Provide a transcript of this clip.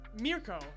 Mirko